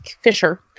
Fisher